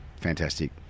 fantastic